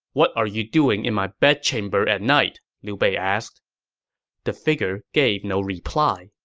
what are you doing in my bedchamber at night? liu bei asked the figure gave no reply